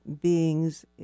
beings